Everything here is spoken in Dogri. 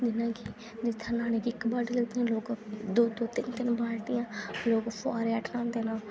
जि'यां कि जित्थै लाने गी इक बाल्टी लगदी लोक दो दो तिन्न तिन्न बाल्टियां लोक फओआरे हेठ न्हांदे न